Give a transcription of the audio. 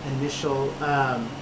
initial